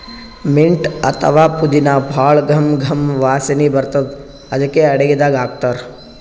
mint ಅಥವಾ ಪುದಿನಾ ಭಾಳ್ ಘಮ್ ಘಮ್ ವಾಸನಿ ಬರ್ತದ್ ಅದಕ್ಕೆ ಅಡಗಿದಾಗ್ ಹಾಕ್ತಾರ್